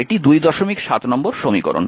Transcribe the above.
এটি 27 নম্বর সমীকরণ